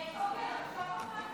(הישיבה נפסקה בשעה